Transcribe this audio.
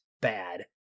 bad